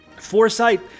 foresight